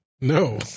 No